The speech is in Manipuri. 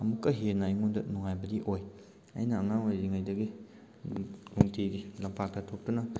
ꯑꯃꯨꯛꯀ ꯍꯦꯟꯅ ꯑꯩꯉꯣꯟꯗ ꯅꯨꯡꯉꯥꯏꯕꯗꯤ ꯑꯣꯏ ꯑꯩꯅ ꯑꯉꯥꯡ ꯑꯣꯏꯔꯤꯉꯩꯗꯒꯤ ꯅꯨꯡꯇꯤꯒꯤ ꯂꯝꯄꯥꯛꯇ ꯊꯣꯛꯇꯨꯅ